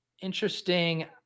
interesting